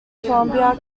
columbia